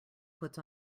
puts